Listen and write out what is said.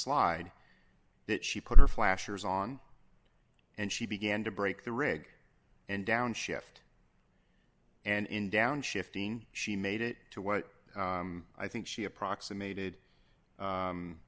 slide that she put her flashers on and she began to break the rig and downshift and in downshifting she made it to what i think she approximate